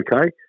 okay